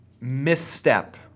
misstep